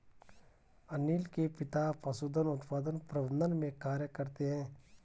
अनील के पिता पशुधन उत्पादन प्रबंधन में कार्य करते है